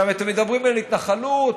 אתם מדברים על התנחלות,